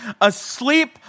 asleep